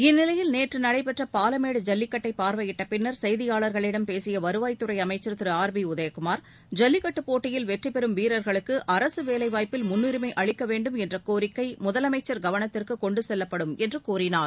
இந்நிலையில் நேற்று நடைபெற்ற பாலமேடு ஜல்லிக்கட்டை பார்வையிட்ட பின்னர் செய்தியாளர்களிடம் பேசிய வருவாய்த்துறை அமைச்சா் திரு ஆர் பி உதயகுமா் ஜல்லிக்கட்டு போட்டியில் வெற்றிபெறும் வீரர்களுக்கு அரசு வேலைவாய்ப்பில் முன்னுரிமை அளிக்க வேண்டும் என்ற கோரிக்கை முதலமைச்சி கவனத்திற்கு கொண்டு செல்லப்படும் என்று கூறினார்